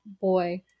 boy